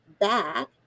back